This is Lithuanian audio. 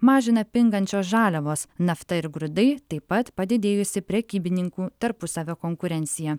mažina pingančios žaliavos nafta ir grūdai taip pat padidėjusi prekybininkų tarpusavio konkurencija